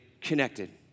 connected